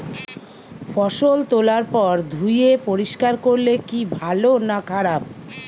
ফসল তোলার পর ধুয়ে পরিষ্কার করলে কি ভালো না খারাপ?